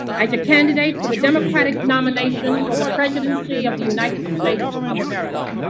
as a candidate for the democratic nomination for the presidency of the united states of america